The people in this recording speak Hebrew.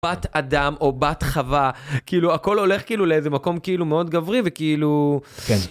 בת אדם או בת חווה כאילו הכל הולך כאילו לאיזה מקום כאילו מאוד גברי וכאילו.